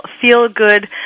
feel-good